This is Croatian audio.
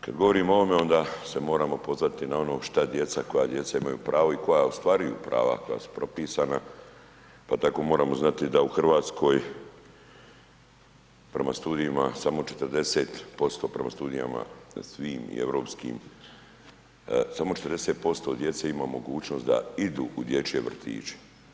Kad govorimo o ovome onda se moramo pozvati na ono što djeca, koja djeca imaju pravo i koja ostvaruju prava koja su propisana, pa tako moramo znati da u Hrvatskoj prema studijama samo 40% prema studijama na svim i europskim, samo 40% djece ima mogućnost da idu u dječje vrtiće.